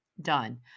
done